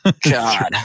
God